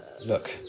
Look